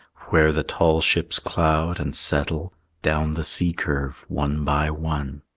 where the tall ships cloud and settle down the sea-curve, one by one.